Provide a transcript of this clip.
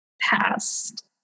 past